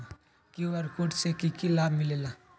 QR code से कि कि लाव मिलेला?